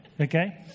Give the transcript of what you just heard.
okay